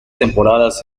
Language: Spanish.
temporadas